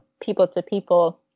people-to-people